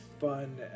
fun